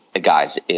guy's